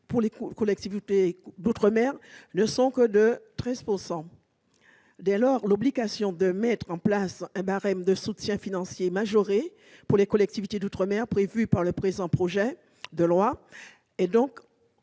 pour les collectivités d'outre-mer. L'obligation de mettre en place un barème de soutien financier majoré pour les collectivités d'outre-mer prévue par le présent projet de loi constitue donc